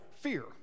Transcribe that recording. fear